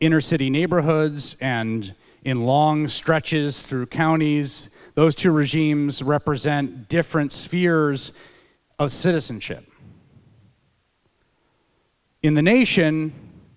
inner city neighborhoods and in long stretches through counties those two regimes represent different spheres of citizenship in the nation